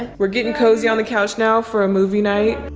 we're getting cozy on the couch now for a movie night.